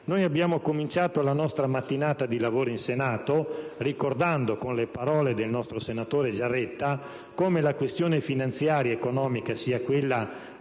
Noi abbiamo cominciato la nostra mattinata di lavori in Senato ricordando con le parole del nostro collega Giaretta come la questione finanziaria ed economica richiami la